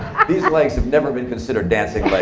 these legs have never been considered dancing but